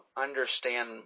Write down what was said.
understand